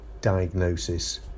diagnosis